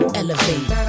elevate